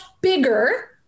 bigger